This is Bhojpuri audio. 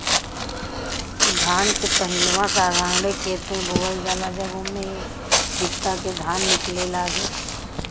धान के पहिलवा साधारणे खेत मे बोअल जाला जब उम्मे एक एक बित्ता के धान निकले लागे